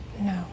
No